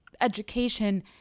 education